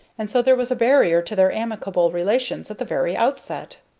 and so there was a barrier to their amicable relations at the very outset.